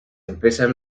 empresas